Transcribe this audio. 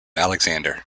alexander